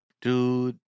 dude